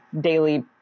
daily